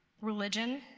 Religion